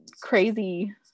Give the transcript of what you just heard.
crazy